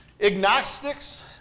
agnostics